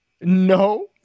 No